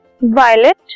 violet